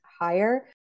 higher